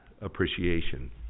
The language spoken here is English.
appreciation